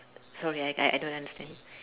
sorry I I don't understand